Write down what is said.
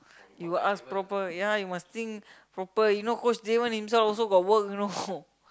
you ask proper ya you must think proper you know coach Javon himself also got work you know